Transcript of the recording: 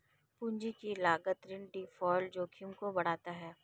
पूंजी की लागत ऋण डिफ़ॉल्ट जोखिम को बढ़ाता है